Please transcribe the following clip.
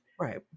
right